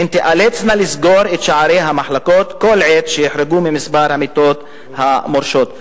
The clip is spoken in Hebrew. הן תיאלצנה לסגור את שערי המחלקות כל עת שיחרגו ממספר המיטות המורשות".